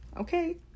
okay